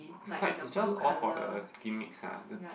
it's quite it's just all for the gimmicks ah the